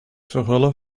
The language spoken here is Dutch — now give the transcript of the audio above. verhullen